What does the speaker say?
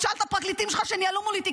שאל את הפרקליטים שלך שניהלו מולי תיקים.